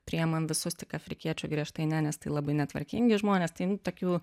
priimam visus tik afrikiečių griežtai ne nes tai labai netvarkingi žmonės tai tokių